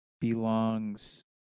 belongs